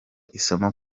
isomo